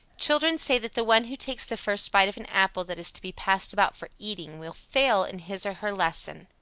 children say that the one who takes the first bite of an apple that is to be passed about for eating will fail in his or her lesson.